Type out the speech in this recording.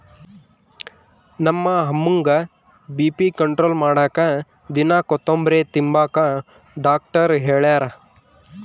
ನಮ್ಮ ಅಮ್ಮುಗ್ಗ BP control ಮಾಡಾಕ ದಿನಾ ಕೋತುಂಬ್ರೆ ತಿಂಬಾಕ ಡಾಕ್ಟರ್ ಹೆಳ್ಯಾರ